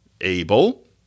able